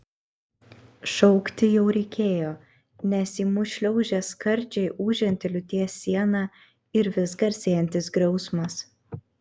šaukti jau reikėjo nes į mus šliaužė skardžiai ūžianti liūties siena ir vis garsėjantis griausmas